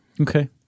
Okay